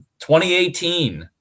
2018